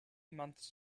months